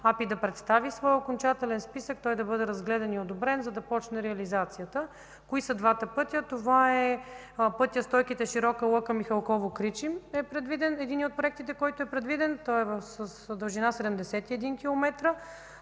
АПИ да представи своя окончателен списък, той да бъде разгледан и одобрен, за да започне реализацията. Кои са двата пътя? Това е пътят Стойките – Широка лъка – Михалково – Кричим – единият от проектите, който е предвиден. Той е в дължина 71